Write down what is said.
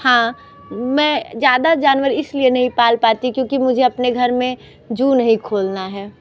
हाँ मैं ज़्यादा जानवर इसलिए नहीं पाल पाती क्योंकि मुझे अपने घर में जू नहीं खोलना है